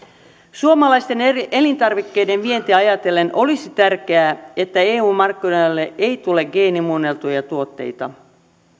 suomalaisten elintarvikkeiden vientiä ajatellen olisi tärkeää että eu markkinoille ei tule geenimuunneltuja tuotteita